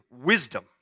wisdom